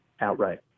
outright